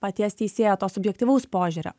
paties teisėjo to subjektyvaus požiūrio